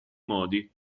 modi